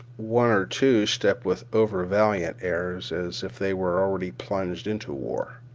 one or two stepped with overvaliant airs as if they were already plunged into war.